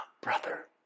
brother